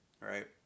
right